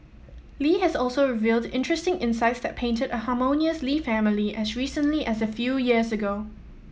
Lee has also revealed interesting insights that painted a harmonious Lee family as recently as a few years ago